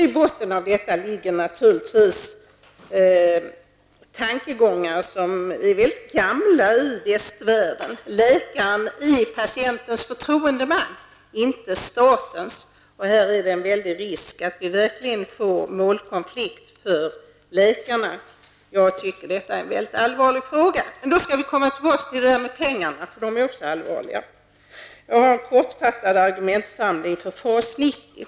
I botten ligger naturligtvis tankegångar som i västvärlden är mycket gamla. Läkaren är patientens förtroendeman, inte statens. Här finns en väldigt stor risk för att läkarna får en målkonflikt. Jag tycker att detta är en mycket allvarlig sak. Sedan skall vi komma tillbaka till pengarna, eftersom även det är en allvarlig sak. Jag har en kortfattad argumentsamling för FAS 90.